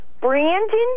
Brandon